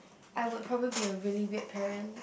I would probably be a really weird parent